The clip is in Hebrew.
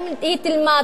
האם היא תלמד,